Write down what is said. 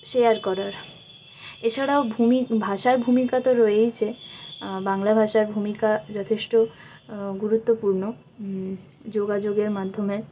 share করার এছাড়াও ভূমির ভাষার ভূমিকা তো রয়েইছে বাংলা ভাষার ভূমিকা যথেষ্ট গুরুত্বপূর্ণ যোগাযোগের মাধ্যমে